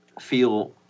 feel